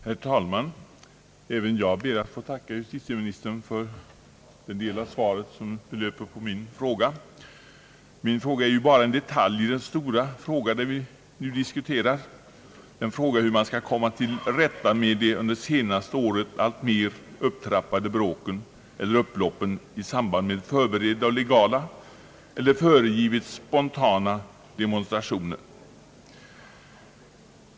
Herr talman! Jag ber att få tacka justitieministern för den del av svaret som rör min fråga, som ju bara är en detalj i den stora fråga som vi här diskuterar, nämligen hur man skall komma till rätta med de under det senaste året alltmer upptrappade bråken eller upploppen i samband med förberedda och legala eller föregivet spontana demonstrationer.